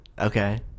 Okay